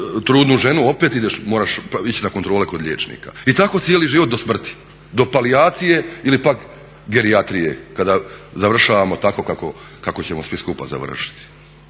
trudnu ženu opet moraš ići na kontrole kod liječnika i tako cijeli život do smrti, do palijacije ili pak gerijatrije kada završavamo tako kako ćemo svi skupa završiti.